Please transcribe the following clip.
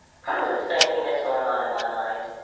probably the same thing that's going on in my mind.